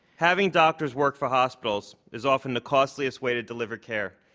having doctors work for hospitals is often the costliest way to deliver care,